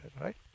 right